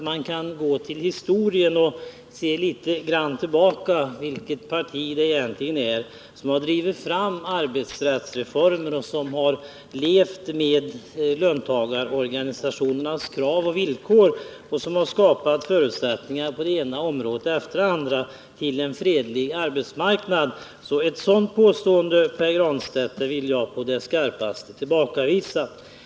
Man kan gå till historien och se vilket parti det egentligen är som har drivit fram arbetsrättsreformer, som har levt med löntagarorganisationernas krav och villkor och som på det ena området efter det andra har skapat förutsättningar för en fredlig arbetsmarknad. Jag vill alltså, Pär Granstedt, på det skarpaste tillbakavisa ett sådant påstående.